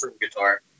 guitar